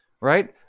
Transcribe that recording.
right